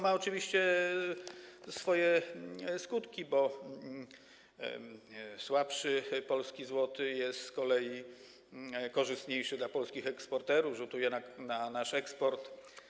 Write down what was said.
Ma to oczywiście swoje skutki, bo słabszy polski złoty jest z kolei korzystniejszy dla polskich eksporterów, rzutuje na nasz eksport.